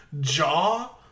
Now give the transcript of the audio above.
jaw